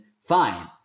Fine